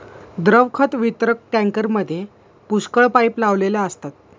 द्रव खत वितरक टँकरमध्ये पुष्कळ पाइप लावलेले असतात